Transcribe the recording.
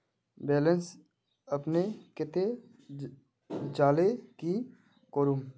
Balance अपने कते जाले की करूम?